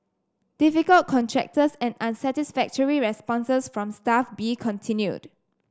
difficult contractors and unsatisfactory responses from Staff B continued